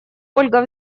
ольга